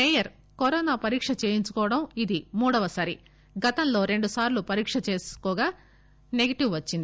mayor corona పరీక్ష చేయించుకోవడం ఇది మూడోసారి గతంలో రెండుసార్లు పరీక్ష చేయగా నెగిటివ్ వచ్చింది